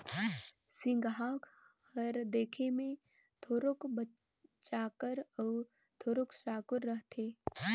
सिगहा हर देखे मे थोरोक चाकर अउ थोरोक साकुर रहथे